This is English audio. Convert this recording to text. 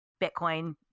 Bitcoin